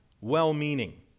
well-meaning